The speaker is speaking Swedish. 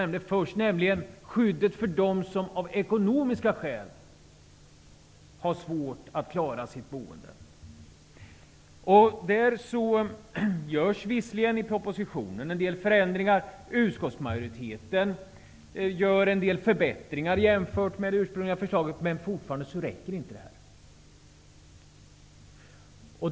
När det gäller skyddet för dem som av ekonomiska skäl har svårt att klara sitt boende, gör utskottsmajoriteten visserligen en del förbättringar jämfört med det ursprungliga förslaget, men det räcker inte.